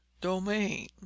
domain